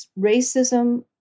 racism